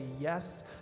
yes